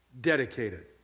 dedicated